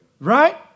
Right